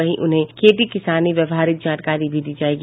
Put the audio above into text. वहीं उन्हें खेती किसानी व्यावहारिक जानकारी दी जायेगी